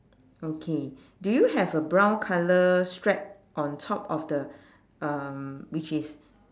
okay do you have a brown colour strap on top of the um which is